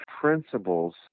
principles